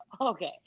okay